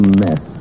mess